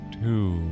two